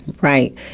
right